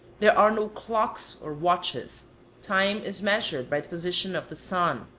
there are no clocks or watches time is measured by the position of the sun.